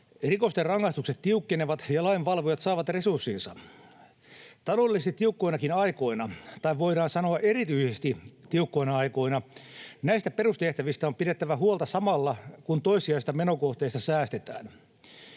Rikosten rangaistukset tiukkenevat, ja lainvalvojat saavat resurssinsa. Taloudellisesti tiukkoinakin aikoina — tai voidaan sanoa: erityisesti tiukkoina aikoina — näistä perustehtävistä on pidettävä huolta samalla, kun toissijaisista menokohteista säästetään.